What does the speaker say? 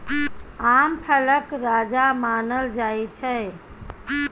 आम फलक राजा मानल जाइ छै